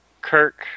Kirk